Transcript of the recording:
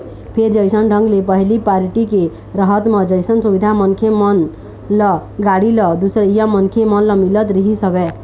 फेर जइसन ढंग ले पहिली पारटी के रहत म जइसन सुबिधा मनखे मन ल, गाड़ी ल, दूसरइया मनखे मन ल मिलत रिहिस हवय